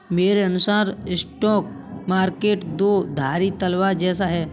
मेरे अनुसार stock market दो धारी तलवार जैसा है